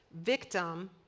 victim